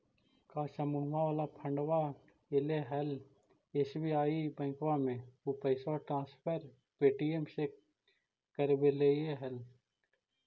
का समुहवा वाला फंडवा ऐले हल एस.बी.आई बैंकवा मे ऊ पैसवा ट्रांसफर पे.टी.एम से करवैलीऐ हल?